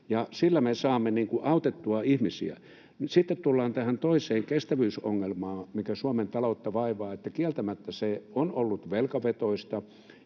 Sillä me saamme autettua ihmisiä. Sitten tullaan tähän toiseen kestävyysongelmaan, mikä Suomen taloutta vaivaa. Kieltämättä se on ollut velkavetoista.